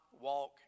walk